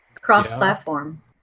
Cross-platform